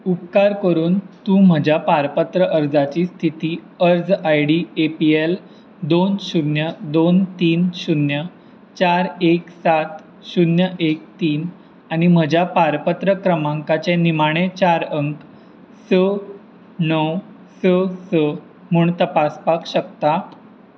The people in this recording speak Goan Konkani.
उपकार करून तूं म्हज्या पारपत्र अर्जाची स्थिती अर्ज आयडी ए पी ऍल दोन शुन्य दोन तीन शुन्य चार एक सात शुन्य एक तीन आनी म्हज्या पारपत्र क्रमांकाचे निमाणे चार अंक स णव स स म्हूण तपासपाक शकता